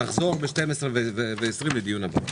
נחזור בשתיים עשרה ועשרים לדיון הבא.